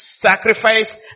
Sacrifice